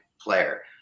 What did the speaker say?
player